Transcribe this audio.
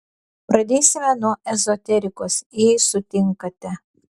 pradėsime nuo ezoterikos jei sutinkate